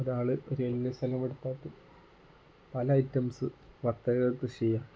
ഒരാൾ ഒരു വലിയ സ്ഥലം എടുത്തിട്ട് പല ഐറ്റംസ് വത്തകകൾ കൃഷി ചെയ്യുക